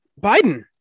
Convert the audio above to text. Biden